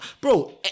bro